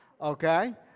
Okay